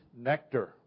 nectar